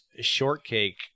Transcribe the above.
Shortcake